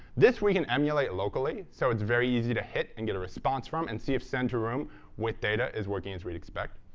this we can emulate locally, so it's very easy to hit and get a response from, and see if send to room with data is working as we'd expect.